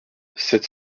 sept